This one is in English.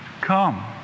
Come